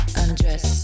undress